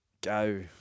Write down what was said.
go